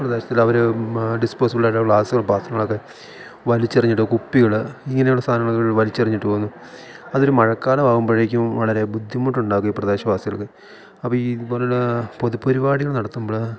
പ്രദേശത്തിൽ അവർ ഡിസ്പോസിബിൾ ആയിട്ടുള്ള ഗ്ലാസ്സുകൾ പാത്രങ്ങളൊക്കെ വലിച്ചു എറിഞ്ഞിട്ട് കുപ്പികൾ ഇങ്ങനെയുള്ള സാധനങ്ങൾ അത് വഴി വലിച്ചെറിഞ്ഞിട്ട് പോവുന്നു അതൊരു മഴക്കാലം ആവുമ്പോഴേക്കും വളരെ ബുദ്ധിമുട്ടുണ്ടാകും ഈ പ്രദേശവാസികൾക്ക് അപ്പം ഈ ഇതുപോലെയുള്ള പൊതു പരിപാടികൾ നടത്തുമ്പോൾ